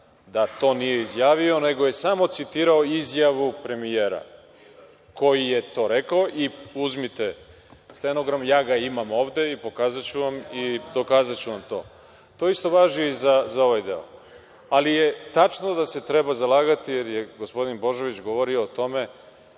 da to nije izjavio, nego je samo citirao izjavu premijera koji je to rekao. Uzmite stenogram, ja ga imam ovde, pokazaću vam i dokazaću vam to. To isto važi i za ovaj deo, ali je tačno da se treba zalagati jer je gospodin Božović govorio o tome